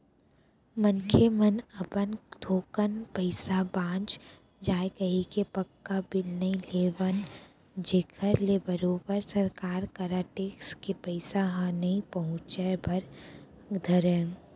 मनखे मन अपन थोकन पइसा बांच जाय कहिके पक्का बिल नइ लेवन जेखर ले बरोबर सरकार करा टेक्स के पइसा ह नइ पहुंचय बर धरय